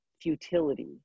futility